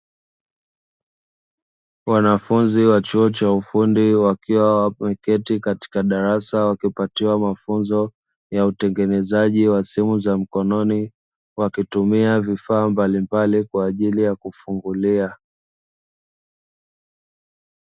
Wanafunzi wa chuo cha ufundi wakiwa wameketi katika darasa wakipatiwa mafunzo ya utengenezaji wa simu za mkononi; wakitumia vifaa mbalimbali kwa ajili ya kufungulia.